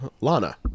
Lana